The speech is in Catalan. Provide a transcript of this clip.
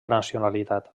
nacionalitat